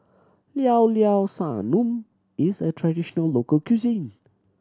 Llao Llao Sanum is a traditional local cuisine